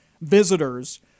visitors